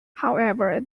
however